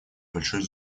большой